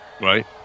Right